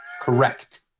Correct